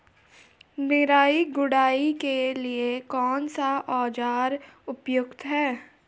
निराई गुड़ाई के लिए कौन सा औज़ार उपयुक्त है?